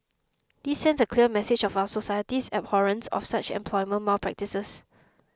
this sends a clear message of our society's abhorrence of such employment malpractices